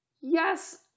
Yes